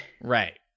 Right